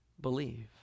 believe